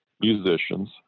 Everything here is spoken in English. musicians